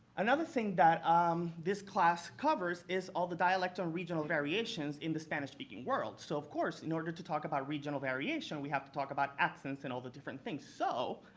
another thing that um this class covers is all the dialects and regional variations in the spanish-speaking world. so of course, in order to talk about regional variation, we have to talk about accents and all the different things. so,